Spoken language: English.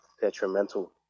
detrimental